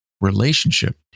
relationship